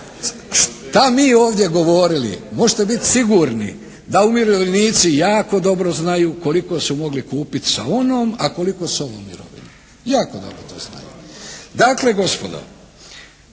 Šta mi ovdje govorili možete biti sigurni da umirovljenici jako dobro znaju koliko su mogli kupiti sa onom a koliko sa ovom mirovinom, jako dobro to znaju. Dakle gospodo,